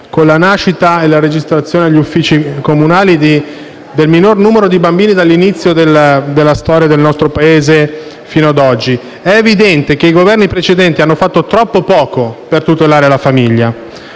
con la nascita e la registrazione agli uffici comunali del minor numero di bambini dall'inizio della storia del nostro Paese fino ad oggi. È evidente che i Governi precedenti hanno fatto troppo poco per tutelare la famiglia.